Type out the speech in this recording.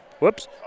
Whoops